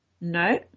No